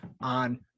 on